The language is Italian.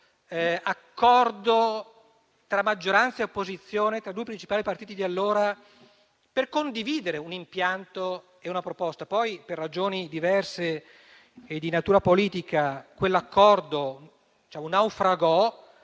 questo accordo tra maggioranza e opposizione, tra i due principali partiti di allora, per condividere un impianto e una proposta. Poi per ragioni diverse e di natura politica quell'accordo naufragò,